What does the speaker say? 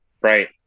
Right